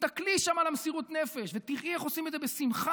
תסתכלי שם על מסירות הנפש ותראי איך עושים את זה בשמחה,